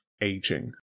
aging